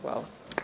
Hvala.